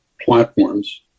platforms